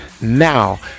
Now